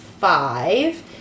five